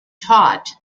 taught